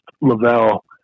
Lavelle